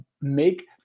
make